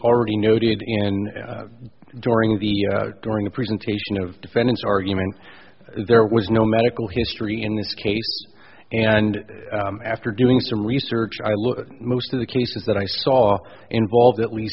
already noted in during the during the presentation of defendant's argument there was no medical history in this case and after doing some research i look at most of the cases that i saw involved at least